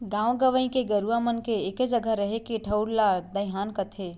गॉंव गंवई के गरूवा मन के एके जघा रहें के ठउर ला दइहान कथें